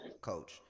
Coach